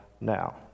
now